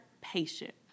patient